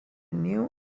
new